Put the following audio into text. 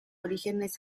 orígenes